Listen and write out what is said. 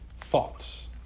thoughts